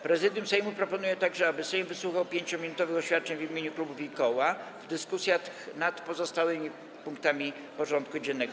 Prezydium Sejmu proponuje także, aby Sejm wysłuchał 5-minutowych oświadczeń w imieniu klubów i koła w dyskusjach nad pozostałymi punktami porządku dziennego.